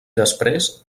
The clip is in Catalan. després